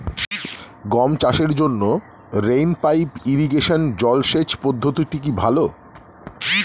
গম চাষের জন্য রেইন পাইপ ইরিগেশন জলসেচ পদ্ধতিটি কি ভালো?